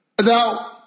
Now